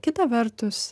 kita vertus